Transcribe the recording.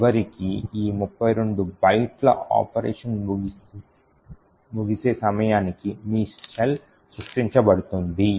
చివరికి ఈ 32 బైట్ల ఆపరేషన్ ముగిసే సమయానికి మీ షెల్ సృష్టించబడుతుంది